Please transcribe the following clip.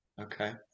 Okay